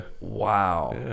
Wow